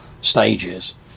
stages